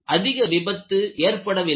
அதிக விபத்து ஏற்படவில்லை